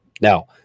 Now